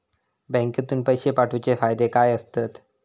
बँकेतून पैशे पाठवूचे फायदे काय असतत?